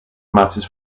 matches